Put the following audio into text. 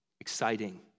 exciting